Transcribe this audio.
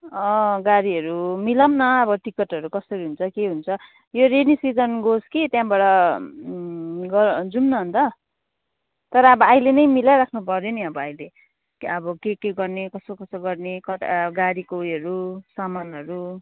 अँ गाडीहरू मिलाऔँ न अब टिकटहरू कसरी हुन्छ के हुन्छ यो रेनी सिजन जाओस् कि त्यहाँबाट जाऔँ न अन्त तर अब अहिले नै मिलाइराख्नु पर्यो नि अब अहिले अब के के गर्ने कसो कसो गर्ने गाडीको ऊ योहरू सामानहरू